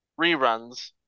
reruns